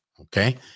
Okay